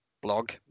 blog